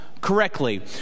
correctly